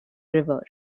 river